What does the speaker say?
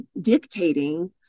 dictating